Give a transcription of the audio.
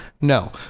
No